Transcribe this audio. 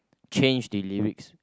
change the lyrics